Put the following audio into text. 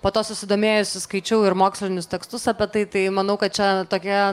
po to susidomėjusi skaičiau ir mokslinius tekstus apie tai tai manau kad čia tokia